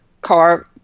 car